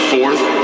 Fourth